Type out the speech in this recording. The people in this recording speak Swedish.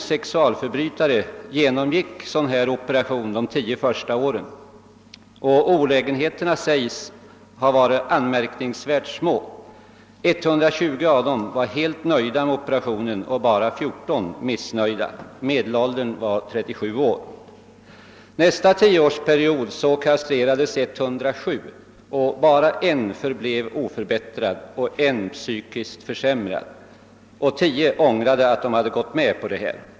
Under de 10 första åren genomgick 245 sexualförbrytare sådan operation, och olägenheterna sägs ha varit anmärkningsvärt små: 120 av de opererade var helt nöjda och bara 14 missnöjda. Medelåldern var 37 år. Nästa 10-årsperiod kastrerades 107 personer. För en av dessa blev tillståndet oförändrat, medan en annan patient blev psykiskt sämre och 10 ångrade att de gått med på operationen.